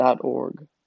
org